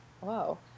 Wow